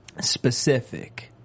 specific